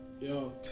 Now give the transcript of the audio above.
yo